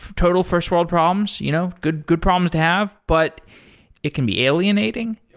total first-world problems. you know good good problems to have. but it can be alienating.